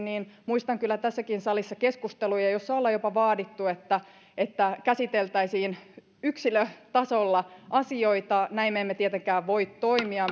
niin muistan kyllä tässäkin salissa keskusteluja joissa ollaan jopa vaadittu että että käsiteltäisiin yksilötasolla asioita näin me emme tietenkään voi toimia